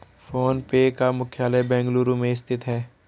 phone पे का मुख्यालय बेंगलुरु में स्थित है